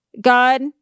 God